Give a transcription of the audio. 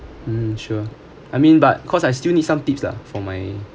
hmm sure I mean but because I still need some tips lah for my